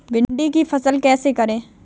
भिंडी की फसल कैसे करें?